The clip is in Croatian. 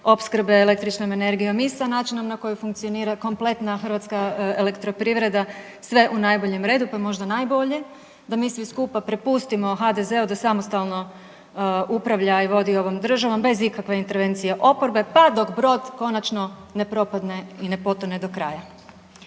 opskrbe električnom energijom i sa načinom na koji funkcionira kompletna hrvatska elektroprivreda sve u najboljem redu, pa možda najbolje da mi svi skupa prepustimo HDZ-u da samostalno upravlja i vodi ovom državom bez ikakve intervencije oporbe pa dok brod konačno ne propadne i ne potone do kraja.